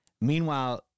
Meanwhile